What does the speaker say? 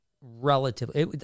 relatively